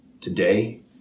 today